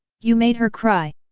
you made her cry!